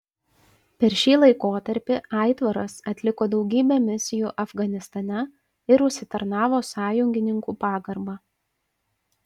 per šį laikotarpį aitvaras atliko daugybę misijų afganistane ir užsitarnavo sąjungininkų pagarbą